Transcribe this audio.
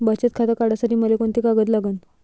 बचत खातं काढासाठी मले कोंते कागद लागन?